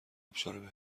آبشار